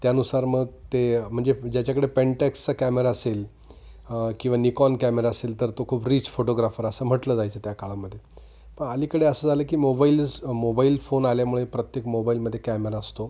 त्यानुसार मग ते म्हणजे ज्याच्याकडे पेनटॅक्सचा कॅमेरा असेल किंवा निकॉन कॅमेरा असेल तर तो खूप रीच फोटोग्राफर असं म्हटलं जायचं त्या काळामध्ये प अलीकडे असं झालं की मोबाईल्स मोबाईल फोन आल्यामुळे प्रत्येक मोबाईलमध्ये कॅमेरा असतो